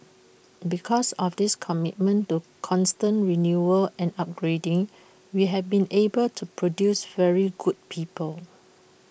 because of this commitment to constant renewal and upgrading we have been able to produce very good people